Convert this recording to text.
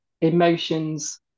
emotions